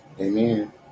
Amen